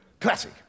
Classic